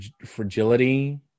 fragility